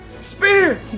Spear